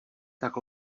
tak